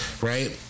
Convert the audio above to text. Right